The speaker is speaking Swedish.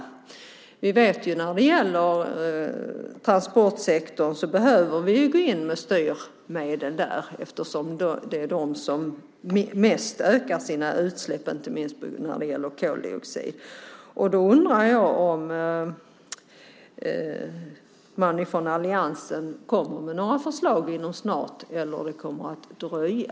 Vi vet att vi behöver gå in med styrmedel i transportsektorn eftersom det är den som mest ökar sina utsläpp, inte minst när det gäller koldioxid. Då undrar jag om alliansen kommer med några förslag snart eller om det kommer att dröja.